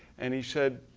and he said,